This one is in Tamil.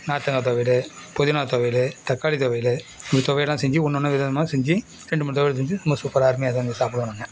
நார்த்தங்காய் துவையலு புதினா துவையலு தக்காளி துவையலு இந்த துவையல்லாம் செஞ்சு ஒன்று ஒன்று விதம் விதமாக செஞ்சு ரெண்டு மூணு துவையல் செஞ்சு ரொம்ப சூப்பராக அருமையாக செஞ்சு சாப்பிடுவோம் நாங்கள்